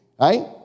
right